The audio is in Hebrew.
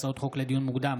הצעות חוק לדיון מוקדם,